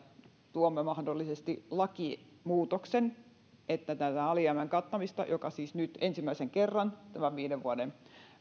tuomme mahdollisesti lakimuutoksen että voidaanko tälle alijäämän kattamiselle joka siis nyt ensimmäisen kerran tämän viiden vuoden